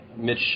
Mitch